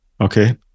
Okay